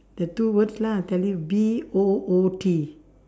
the two words lah tell you B O O T